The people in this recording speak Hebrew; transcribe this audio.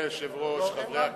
חברי הכנסת,